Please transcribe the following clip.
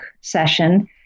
session